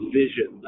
vision